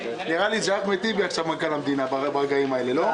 נראה לי שאחמד טיבי מנכ"ל המדינה ברגעים אלה, לא?